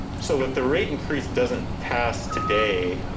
so if the rate increase doesn't pass today,